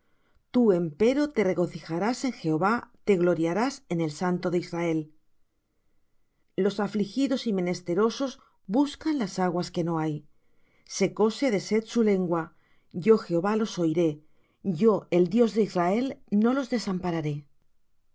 tú empero te regocijarás en jehová te gloriarás en el santo de israel los afligidos y menesterosos buscan las aguas que no hay secóse de sed su lengua yo jehová los oiré yo el dios de israel no los desampararé